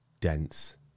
dense